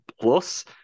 plus